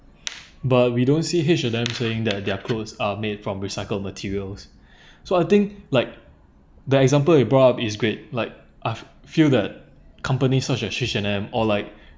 but we don't see H&M saying that their clothes are made from recycled materials so I think like the example it brought is great like I've feel that companies such as H&M or like